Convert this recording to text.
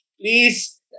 Please